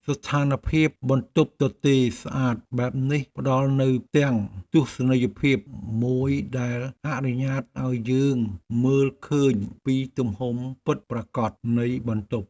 ស្ថានភាពបន្ទប់ទទេរស្អាតបែបនេះផ្ដល់នូវផ្ទាំងទស្សនីយភាពមួយដែលអនុញ្ញាតឱ្យយើងមើលឃើញពីទំហំពិតប្រាកដនៃបន្ទប់។